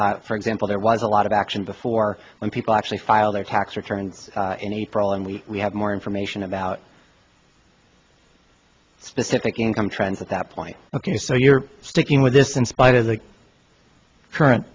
action for example there was a lot of action before when people actually file their tax returns in april and we have more information about specific income trends at that point ok so you're sticking with this in spite of the current